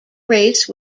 race